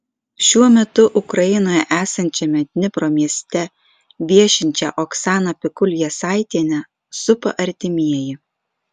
šiuo metu ukrainoje esančiame dnipro mieste viešinčią oksaną pikul jasaitienę supa artimieji